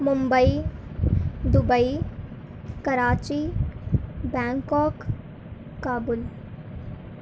Mumbai Dubai Karachi Bangkok Kabul